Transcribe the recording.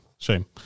Shame